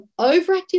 overactive